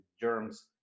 germs